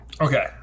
Okay